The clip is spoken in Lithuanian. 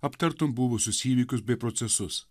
aptartum buvusius įvykius bei procesus